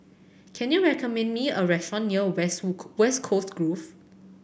can you recommend me a restaurant near West Coast Grove